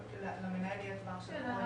כן.